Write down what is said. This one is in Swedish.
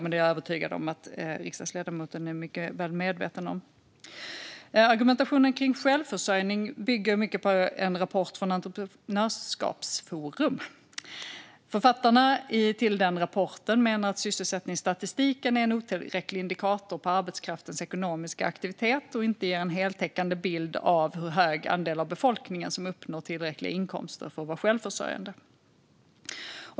Men det är jag övertygad om att riksdagsledamoten är mycket väl medveten om. Argumentationen kring självförsörjning bygger mycket på en rapport från Entreprenörskapsforum. Författarna till rapporten menar att sysselsättningsstatistiken är en otillräcklig indikator på arbetskraftens ekonomiska aktivitet och att den inte ger en heltäckande bild av hur hög andel av befolkningen som uppnår tillräckliga inkomster för att vara självförsörjande.